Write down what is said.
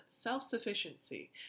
self-sufficiency